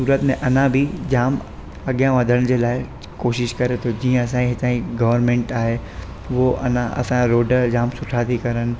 सूरत में अञा बि झाम अॻियां वधण जे लाइ कोशिशि करे थो जीअं असांजे हितां जी गोवर्नमैंट आहे उहो अञा असांजो रोड झाम सुठा थी करनि